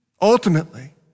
ultimately